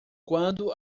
quando